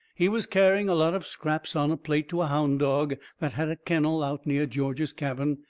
he was carrying a lot of scraps on a plate to a hound dog that had a kennel out near george's cabin,